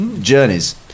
journeys